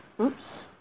Oops